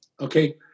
okay